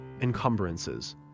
encumbrances